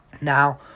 Now